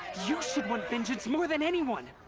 you should want vengeance more than anyone!